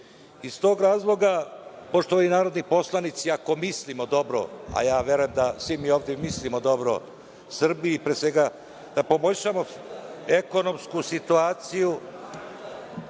tog razloga, poštovani narodni poslanici, ako mislimo dobro, a verujem da svi mi ovde mislimo dobro Srbiji, pre svega da poboljšamo ekonomsku situaciju